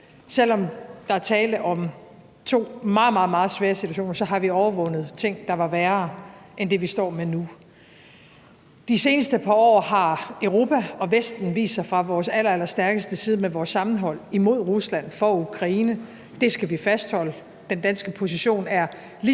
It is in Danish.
selv om der er tale om to meget, meget svære situationer, har vi som menneskehed overvundet ting, der var værre end det, vi står med nu. De seneste par år har vi i Europa og Vesten vist os fra vores allerallerstærkeste side med vores sammenhold imod Rusland for Ukraine. Det skal vi fastholde. Den danske position er lige